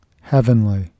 Heavenly